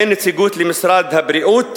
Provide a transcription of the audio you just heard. אין נציגות למשרד הבריאות,